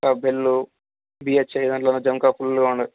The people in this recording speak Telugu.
భేల్ డిహెచ్ఏ దాంట్లో ఇంకా ఫుల్గా ఉంటాయి